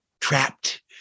trapped